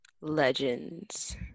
Legends